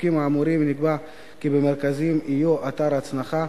בחוקים האמורים נקבע כי במרכזים יהיו אתר הנצחה,